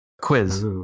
quiz